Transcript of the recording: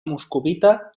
moscovita